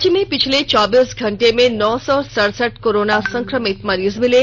राज्य में पिछले चौबीस घंटे में नौ सौ सड़सठ कोरोना संक्रमित मरीज मिले